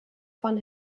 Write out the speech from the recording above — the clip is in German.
von